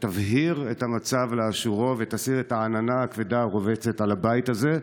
שתבהיר את המצב לאשורו ותסיר את העננה הכבדה הרובצת על הבית הזה,